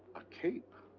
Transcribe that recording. a cape.